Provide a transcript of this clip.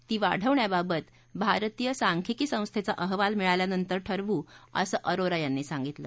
ती वाढवण्याबाबत भारतीय सांख्यिकी संस्थेचा अहवाल मिळाल्यानंतर ठरवू असं अरोरा यांनी सांगितलं